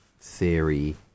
theory